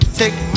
take